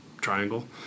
triangle